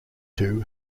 two